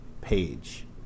page